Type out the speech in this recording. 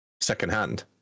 secondhand